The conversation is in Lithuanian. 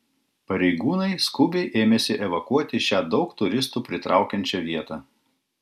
pareigūnai skubiai ėmėsi evakuoti šią daug turistų pritraukiančią vietą